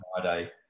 Friday